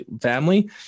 family